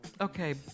okay